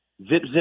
zip-zip